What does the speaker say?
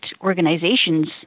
organizations